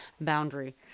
boundary